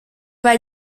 pas